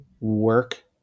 work